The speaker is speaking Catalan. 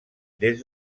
des